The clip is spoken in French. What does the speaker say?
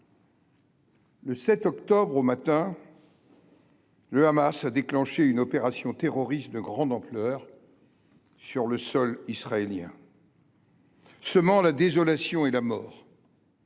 le 7 octobre dernier au matin, le Hamas a déclenché une opération terroriste de grande ampleur sur le sol israélien, semant la désolation et la mort,